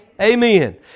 Amen